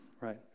right